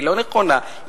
לא נכונה,